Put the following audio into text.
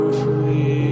free